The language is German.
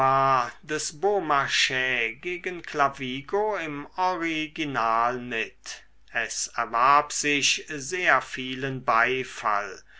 gegen clavigo im original mit es erwarb sich sehr vielen beifall